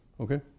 Okay